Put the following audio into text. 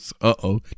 Uh-oh